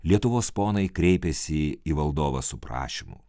lietuvos ponai kreipėsi į valdovą su prašymu